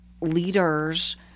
leaders